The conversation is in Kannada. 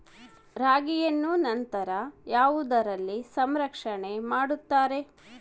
ರಾಗಿಯನ್ನು ನಂತರ ಯಾವುದರಲ್ಲಿ ಸಂರಕ್ಷಣೆ ಮಾಡುತ್ತಾರೆ?